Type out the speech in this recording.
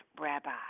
Rabbi